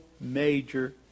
major